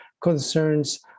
concerns